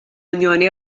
unjoni